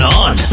on